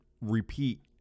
repeat